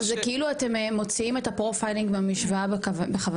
מה --- זה כאילו אתם מוציאים את ה"פרופיילינג" מהמשוואה בכוונה.